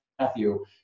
Matthew